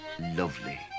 Lovely